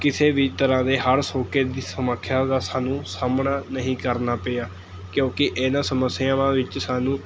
ਕਿਸੇ ਵੀ ਤਰ੍ਹਾਂ ਦੇ ਹੜ੍ਹ ਸੋਕੇ ਦੀ ਸਮੱਖਿਆ ਦਾ ਸਾਨੂੰ ਸਾਹਮਣਾ ਨਹੀਂ ਕਰਨਾ ਪਿਆ ਕਿਉਂਕਿ ਇਨ੍ਹਾਂ ਸਮੱਸਿਆਵਾਂ ਵਿੱਚ ਸਾਨੂੰ